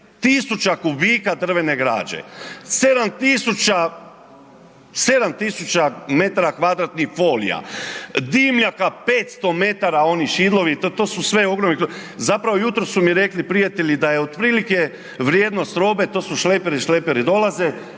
13 000 kubika drvene građe, 7000, 7000 m2 folija, dimljaka 500 metara oni širlovi, to, to su sve ogromni, to, zapravo jutros su mi rekli prijatelji da je otprilike vrijednost robe, to su šleperi, šleperi dolaze,